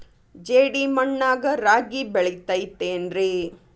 ಜೇಡಿ ಮಣ್ಣಾಗ ರಾಗಿ ಬೆಳಿತೈತೇನ್ರಿ?